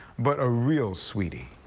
but a real sweetie.